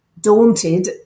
daunted